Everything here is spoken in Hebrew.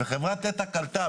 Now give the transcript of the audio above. וחברת נת"ע קלטה,